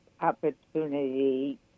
opportunity